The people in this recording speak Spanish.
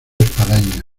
espadaña